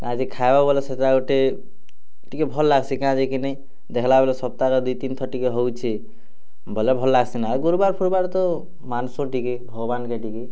କାଁଯେ ଖାଏବ ବୋଲେ ସେଟା ଗୁଟେ ଟିକେ ଭଲ୍ ଲଗ୍ସି କାଁଜେ କିନି ଦେଖ୍ଲାବେଲେ ସପ୍ତାହକ ଦୁଇ ତିନ୍ ଥର୍ ଟିକେ ହୋଉଛେ ବଲେ ଭଲ୍ ଲାଗ୍ସିନା ଆଉ ଗୁରୁବାର୍ ଫୁରୁବାର୍ ତ ମାଂସ ଟିକେ ଭଗବାନକେ ଟିକେ